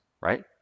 right